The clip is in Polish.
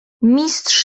mistrz